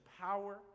power